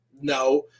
No